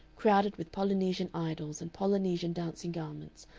crowded with polynesian idols and polynesian dancing-garments,